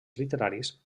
literaris